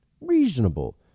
reasonable